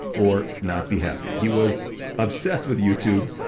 or not be happy. he was obsessed with youtube,